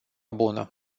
bună